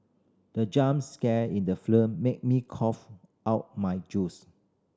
the jump scare in the film made me cough out my juice